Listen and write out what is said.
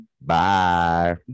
bye